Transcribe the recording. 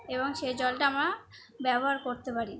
এবং সেই জলটা আমরা ব্যবহার করতে পারি